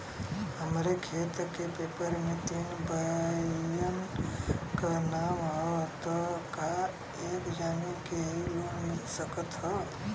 हमरे खेत के पेपर मे तीन भाइयन क नाम ह त का एक जानी के ही लोन मिल सकत ह?